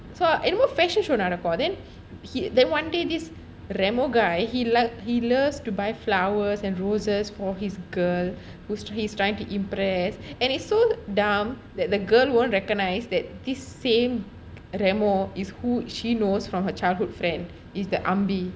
so என்னமோ:ennamo fashion show நடக்கும்:nadakkum then ~ one day this remo guy he like he loves to buy flowers and roses for his girl whose he's trying to impress and its so dumb that the girl won't recognise that this same remo is who she knows from her childhood friend is that ambi